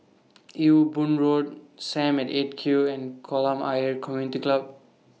Ewe Boon Road SAM At eight Q and Kolam Ayer Community Club